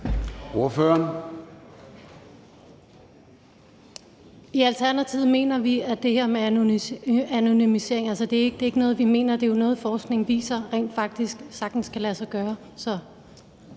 Nanna Høyrup (ALT): Det her med anonymisering er ikke noget, vi mener i Alternativet; det er jo noget, forskningen viser rent faktisk sagtens kan lade sig gøre.